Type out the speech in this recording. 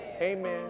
Amen